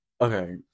Okay